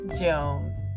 Jones